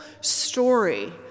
story